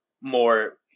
more